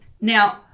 Now